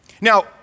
Now